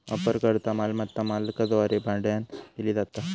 वापरकर्ता मालमत्ता मालकाद्वारे भाड्यानं दिली जाता